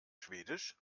schwedisch